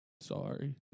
sorry